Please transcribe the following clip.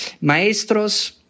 Maestros